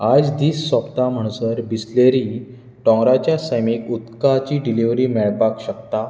आयज दीस सोंपता म्हणसर बिसलेरी दोंगराच्या सैमीक उदकाची डिलिव्हरी मेळपाक शकता